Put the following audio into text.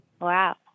Wow